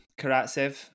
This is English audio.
Karatsev